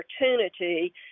opportunity